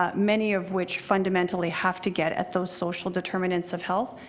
ah many of which fundamentally have to get at those social determinants of health.